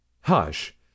Hush